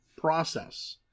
process